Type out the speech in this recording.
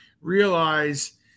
realize